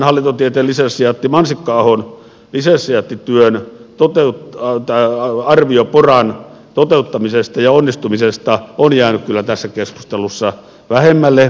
hallintotieteen lisensiaatti mansikka ahon lisensiaattityön arvio poran toteuttamisesta ja onnistumisesta on jäänyt kyllä tässä keskustelussa vähemmälle